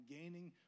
gaining